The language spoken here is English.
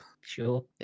Sure